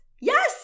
Yes